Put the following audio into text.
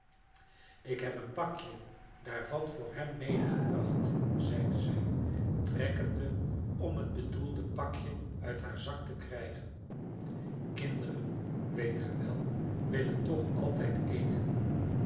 ik heb een pakje daarvan voor hem medegebracht zeide zij trekkende om het bedoelde pakje uit haren zak te krijgen kinderen weet ge wel willen toch altijd eten